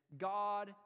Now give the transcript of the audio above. god